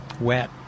wet